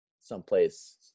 Someplace